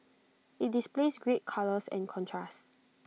IT displays great colours and contrast